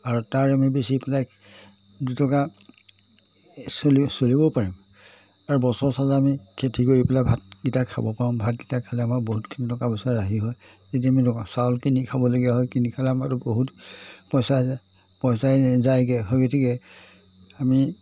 আৰু তাৰ আমি বেছি পেলাই দুটকা চলি চলিবও পাৰিম আৰু বছৰ চালে আমি খেতি কৰি পেলাই ভাতকিটা খাব পাৰোঁ ভাতকিটা খালে আমাৰ বহুতখিনি টকা পইচা ৰাহি হয় যদি আমি চাউল কিনি খাবলগীয়া হয় কিনি খালে আমাৰ বহুত পইচা পইচাই যায়গে হয় গতিকে আমি